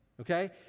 Okay